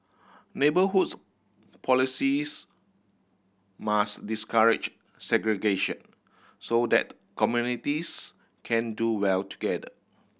neighbourhoods policies must discourage segregation so that communities can do well together